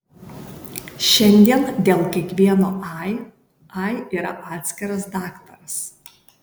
šiandien dėl kiekvieno ai ai yra atskiras daktaras